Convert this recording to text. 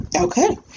okay